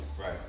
Right